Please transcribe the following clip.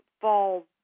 fall